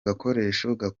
gakoreshwa